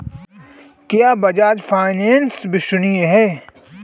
क्या बजाज फाइनेंस विश्वसनीय है?